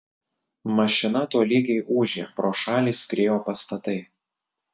mašina tolygiai ūžė pro šalį skriejo pastatai